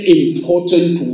important